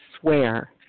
swear